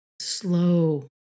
slow